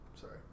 Sorry